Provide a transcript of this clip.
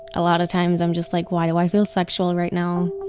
a lot of times i'm just like, why do i feel sexual right now?